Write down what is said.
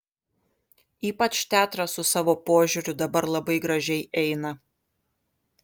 ypač teatras su savo požiūriu dabar labai gražiai eina